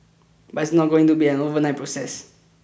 but it's not going to be an overnight process